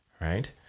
Right